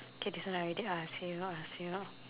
okay this one I already ask you ask you